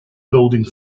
building